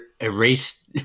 erase